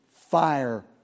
fire